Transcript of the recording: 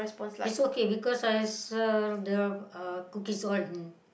it's okay because I sell the uh cookies all in